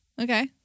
Okay